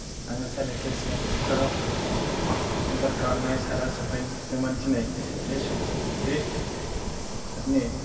आङो साननैसो सिगां फ्लिपकार्त आव अर्दार खालामनाय सार्त आ सौफैदोंमोन दिनै बे बे सार्त नि